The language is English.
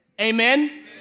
Amen